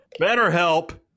BetterHelp